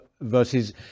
versus